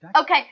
Okay